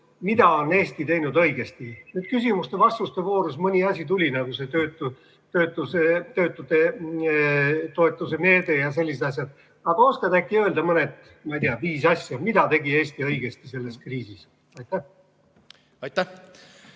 mida on Eesti teinud õigesti. Nüüd küsimuste-vastuste voorus mõni asi tuli [välja], nagu see töötutoetuse meede ja sellised asjad. Aga oskad äkki öelda mõned, ma ei tea, viis asja, mida tegi Eesti õigesti selles kriisis? (Kaugühendus)